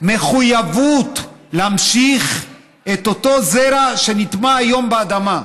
מחויבות להמשיך את אותו זרע שנטמן היום באדמה,